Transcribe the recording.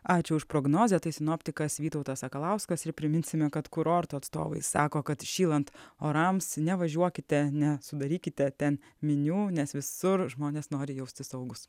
ačiū už prognozę tai sinoptikas vytautas sakalauskas ir priminsime kad kurorto atstovai sako kad šylant orams nevažiuokite ne sudarykite ten minių nes visur žmonės nori jaustis saugūs